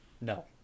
no